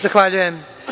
Zahvaljujem.